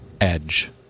Edge